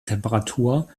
temperatur